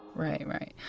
right, right.